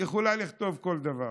יכול לכתוב כל דבר.